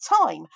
time